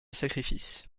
sacrifice